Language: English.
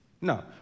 No